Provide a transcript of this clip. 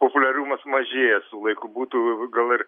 populiarumas mažėja su laiku būtų gal ir